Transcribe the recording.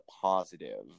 positive